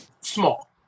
small